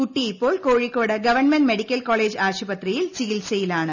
കുട്ടി ഇപ്പോൾ Kozhikode government medical college ആശുപത്രിയിൽ ചികിത്സയിലാണ്